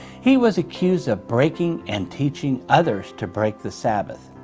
he was accused of breaking and teaching others to break the sabbath.